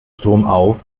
stromauf